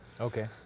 okay